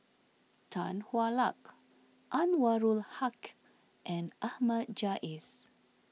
Tan Hwa Luck Anwarul Haque and Ahmad Jais